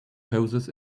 poses